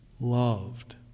loved